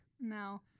No